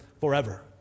forever